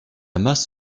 masse